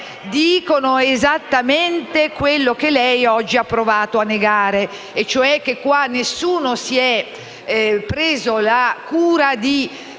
Dicono esattamente quello che lei, oggi, ha provato a negare, e cioè che qua nessuno si è preso la cura di